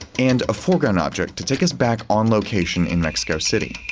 and a foreground object to take us back on-location in mexico city.